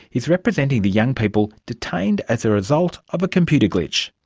is representing the young people detained as a result of a computer glitch.